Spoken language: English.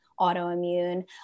autoimmune